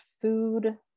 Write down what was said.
food